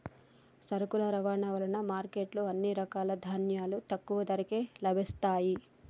సరుకుల రవాణా వలన మార్కెట్ లో అన్ని రకాల ధాన్యాలు తక్కువ ధరకే లభిస్తయ్యి